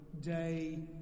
day